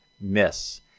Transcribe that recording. miss